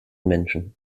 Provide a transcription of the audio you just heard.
menschen